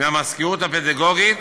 מהמזכירות הפדגוגית,